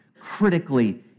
critically